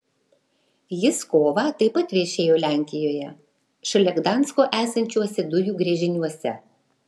jis kovą taip pat viešėjo lenkijoje šalia gdansko esančiuose dujų gręžiniuose